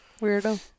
Weirdo